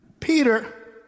Peter